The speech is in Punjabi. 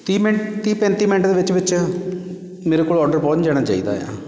ਤੀਹ ਮਿੰਟ ਤੀਹ ਪੈਂਤੀ ਮਿੰਟ ਦੇ ਵਿੱਚ ਵਿੱਚ ਮੇਰੇ ਕੋਲ ਔਡਰ ਪਹੁੰਚ ਜਾਣਾ ਚਾਹੀਦਾ ਆ